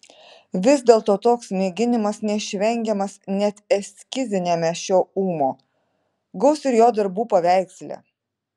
vis dėlto toks mėginimas neišvengiamas net eskiziniame šio ūmo gaus ir jo darbų paveiksle